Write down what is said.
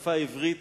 שהשפה העברית